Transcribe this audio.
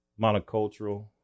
monocultural